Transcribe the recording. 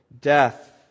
death